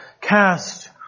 cast